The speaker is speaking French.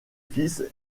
fils